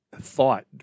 thought